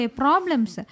problems